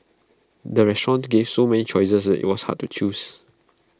the restaurant gave so many choices that IT was hard to choose